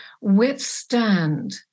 withstand